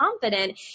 confident